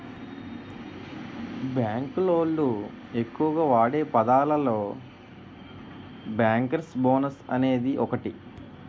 bank లోళ్ళు ఎక్కువగా వాడే పదాలలో బ్యేంకర్స్ బోనస్ అనేది ఒకటి